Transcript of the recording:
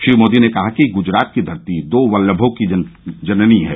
श्री मोदी ने कहा कि गुजरात की धरती दो वल्लभों की जननी है